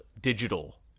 digital